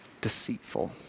deceitful